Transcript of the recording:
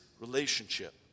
relationship